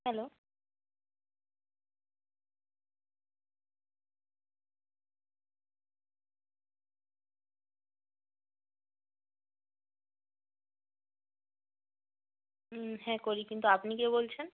hello হ্যাঁ করি কিন্তু আপনি কে বলছেন